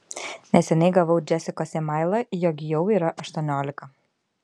neseniai gavau džesikos emailą jog jau yra aštuoniolika